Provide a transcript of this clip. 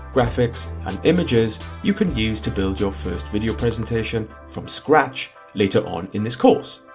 graphics, and images you can use to build your first video presentation from scratch later on in this course.